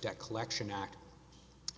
debt collection act